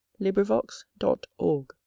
LibriVox.org